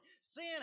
sin